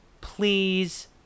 please